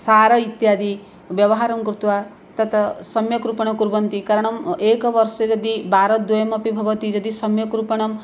सार इत्यादिव्यवहारं कृत्वा तत् सम्यक् रूपेण कुर्वन्ति कारणं एकवर्षे यदि वारद्वयमपि भवति यदि सम्यक् रूपेण